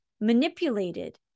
manipulated